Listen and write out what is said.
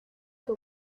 que